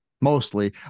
mostly